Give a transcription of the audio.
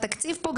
התקציב פה,